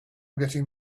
getting